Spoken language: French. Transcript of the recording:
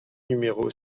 numéro